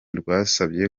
rwasabye